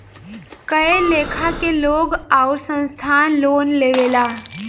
कए लेखा के लोग आउर संस्थान लोन लेवेला